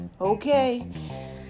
okay